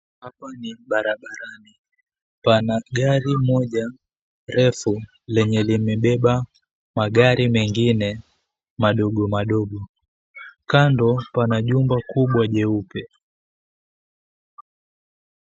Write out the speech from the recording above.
Hapa ni barabarani. Pana gari moja refu lenye limebeba magari mengine madogo madogo. Kando pana jumba kubwa jeupe.